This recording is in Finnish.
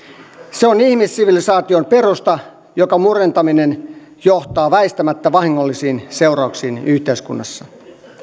se on ihmissivilisaation perusta jonka murentaminen johtaa väistämättä vahingollisiin seurauksiin yhteiskunnassa avioliitto